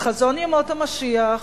חזון ימות המשיח,